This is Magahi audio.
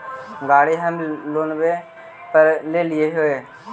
गाड़ी हम लोनवे पर लेलिऐ हे?